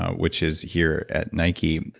ah which is here at nike,